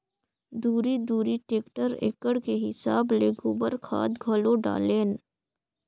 दूरी दूरी टेक्टर एकड़ के हिसाब ले गोबर खाद घलो डालेन